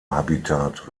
habitat